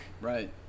Right